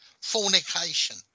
fornication